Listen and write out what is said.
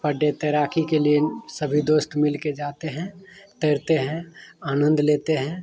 per डे तैराक़ी के लिए सभी दोस्त मिलकर जाते हैं तैरते हैं आनंद लेते हैं